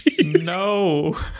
No